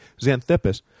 Xanthippus